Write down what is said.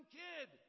kid